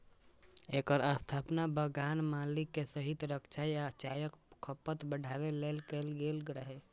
एकर स्थापना बगान मालिक के हित रक्षा आ चायक खपत बढ़ाबै लेल कैल गेल रहै